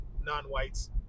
non-whites